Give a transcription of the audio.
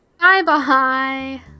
bye-bye